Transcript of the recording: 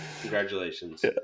congratulations